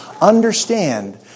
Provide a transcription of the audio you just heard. Understand